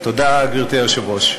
גברתי היושבת-ראש,